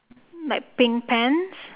like pink pants